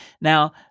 now